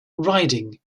riding